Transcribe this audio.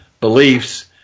beliefs